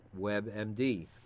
WebMD